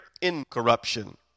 incorruption